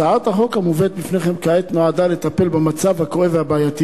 הצעת החוק המובאת בפניכם כעת נועדה לטפל במצב הכואב והבעייתי